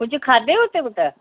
कुझु खाधई हुते पुटु